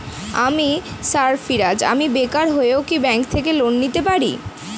আমি সার্ফারাজ, আমি বেকার হয়েও কি ব্যঙ্ক থেকে লোন নিতে পারি?